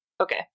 Okay